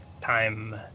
time